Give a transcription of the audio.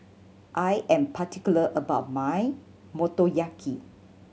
I am particular about my Motoyaki